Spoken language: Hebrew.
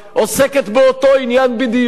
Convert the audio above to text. העוסקת באותו עניין בדיוק,